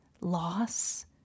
loss